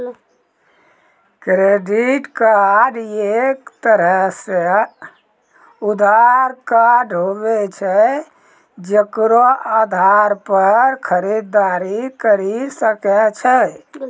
credit card एक तरह रो उधार कार्ड हुवै छै जेकरो आधार पर खरीददारी करि सकै छो